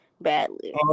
badly